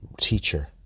Teacher